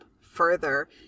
further